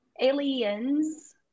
Aliens